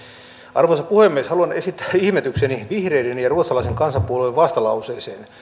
arvoisa puhemies haluan esittää ihmetykseni vihreiden ja ruotsalaisen kansanpuolueen vastalauseesta